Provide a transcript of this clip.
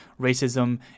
racism